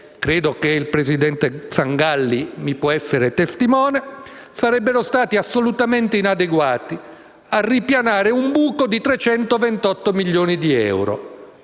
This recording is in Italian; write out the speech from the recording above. credo che il presidente Sangalli mi può essere testimone - sarebbero stati assolutamente inadeguati a ripianare un buco di 328 milioni di euro.